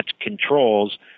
controls